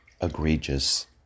egregious